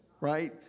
right